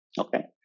Okay